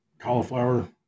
Cauliflower